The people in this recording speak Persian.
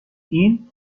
این